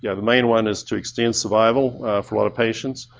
yeah the main one is to extend survival for a lot of patients,